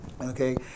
Okay